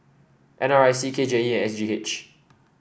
N R I C K J E and S G H